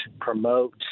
promote